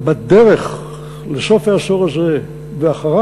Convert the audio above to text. ובדרך, בסוף העשור הזה ואחריו,